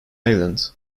island